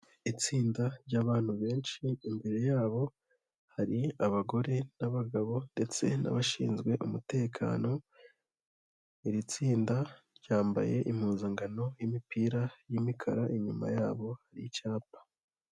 Itsinda ry'abantu benshi, imbere yabo hari abagore n'abagabo ndetse n'abashinzwe umutekano, iri tsinda ryambaye impuzankano y'imipira y'imikara, inyuma yabo hari icyapa.